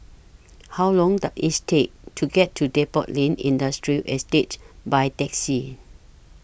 How Long Does IS Take to get to Depot Lane Industrial Estate By Taxi